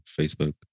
Facebook